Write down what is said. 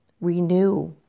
renew